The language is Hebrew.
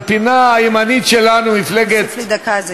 בפינה הימנית, שלנו, מפלגת --- תוסיף לי דקה.